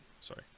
Sorry